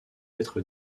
être